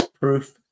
Proof